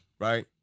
Right